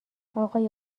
آقای